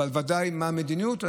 אבל ודאי מה המדיניות,